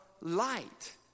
light